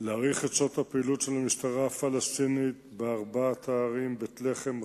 להאריך את שעות הפעילות של המשטרה הפלסטינית בארבע ערים: בית-לחם,